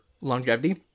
longevity